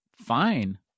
fine